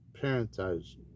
parentage